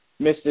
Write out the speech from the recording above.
Mr